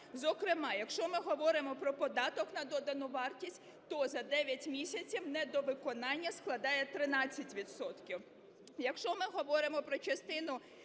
Зокрема, якщо ми говоримо про податок на додану вартість, то за 9 місяців недовиконання складає 13